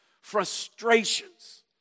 frustrations